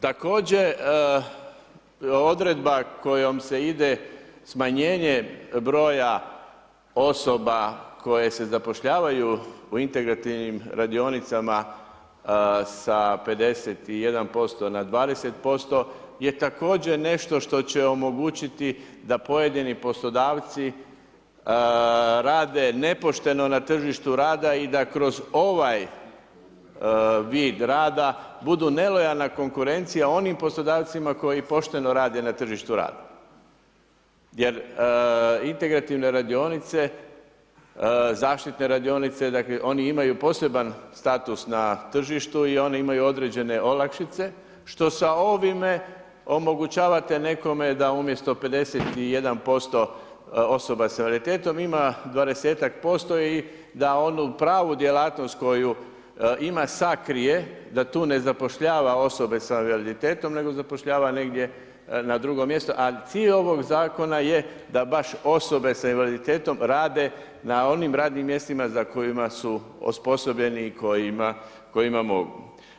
Također, odredba kojom se ide smanjenjem broja osoba koje se zapošljavaju u integrativnim radionicama sa 51% na 20% je također nešto što će omogućiti da pojedini poslodavci rade nepošteno na tržištu rada i da kroz ovaj vid rada budu nelojalna konkurencija onim poslodavcima koji pošteno rade na tržištu rada jer integrativne radionice, zaštite radionice, oni imaju poseban status na tržištu i oni imaju određene olakšice što sa ovime omogućavate nekome da umjesto 51% osoba s invaliditetom ima 20-ak % i da onu pravu djelatnost koju ima sakrije, da tu ne zapošljava osobe sa invaliditetom, nego zapošljava negdje na drugom mjestu, a cilj ovog zakona je da baš osobe sa invaliditetom rade na onim radnim mjestima za kojima su osposobljeni i kojima mogu.